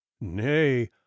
Nay